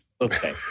Okay